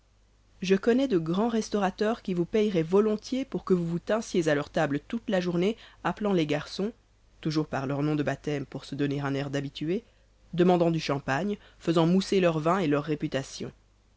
je connais de grands restaurateurs qui vous payeraient volontiers pour que vous vous tinssiez à leur table toute la journée appelant les garçons toujours par leurs noms de baptême pour se donner un air d'habitué demandant du champagne faisant mousser leur vin et leur réputation